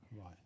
Right